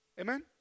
Amen